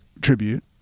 tribute